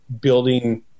building